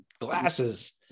glasses